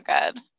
good